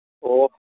ꯑꯣ